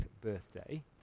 birthday